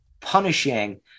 punishing